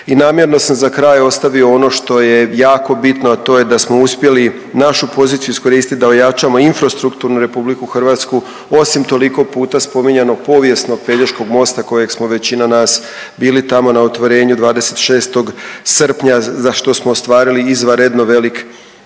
I namjerno sam za kraj ostavio ono što je jako bitno, a to je da smo uspjeli našu poziciju iskoristiti da ojačamo infrastrukturnu Republiku Hrvatsku osim toliko puta spominjano povijesno Pelješkog mosta kojeg smo većina nas bili tamo na otvorenju 26. srpnja za što smo ostvarili izvanredno velik